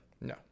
No